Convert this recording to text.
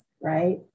right